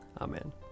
Amen